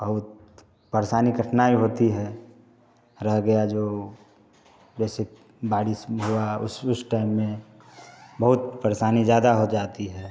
बहुत परेशानी कठिनाई होती है रह गया जो जैसे बारिश हुआ उस उस टाइम में बहुत परेशानी ज़्यादा हो जाती है